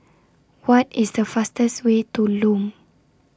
What IS The fastest Way to Lome